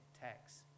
tax